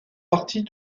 partie